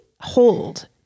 hold